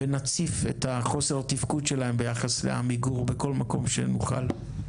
ונציף את חוסר התפקוד שלהם ביחס לעמיגור בכל מקום שנוכל.